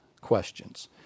questions